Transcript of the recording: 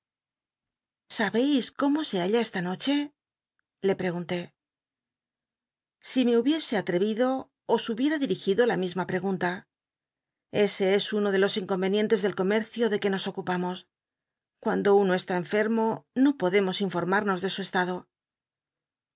saheis cómo se halla esta noche le pregunté si me hubiese alae itlo os hubicl'a dil'igido la misma pregunta ese es uno de los incomcnienles del comercio de que nos ocupamos cuando uno está enfeamo no podemos informarnos de su estado